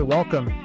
Welcome